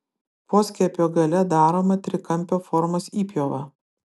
poskiepio gale daroma trikampio formos įpjova